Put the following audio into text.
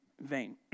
vain